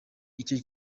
icyo